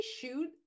shoot